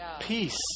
Peace